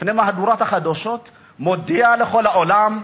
לפני מהדורת החדשות הוא מודיע לכל העולם,